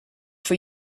for